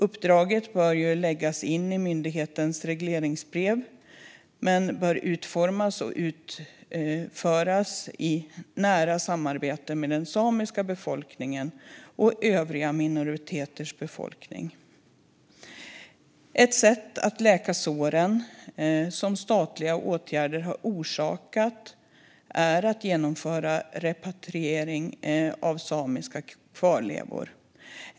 Uppdraget bör läggas in i myndighetens regleringsbrev men bör utformas och utföras i nära samarbete med den samiska befolkningen och övriga minoriteters befolkning. Ett sätt att läka såren som statliga åtgärder har orsakat är att genomföra repatriering av samiska kvarlevor.